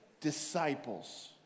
disciples